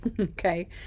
okay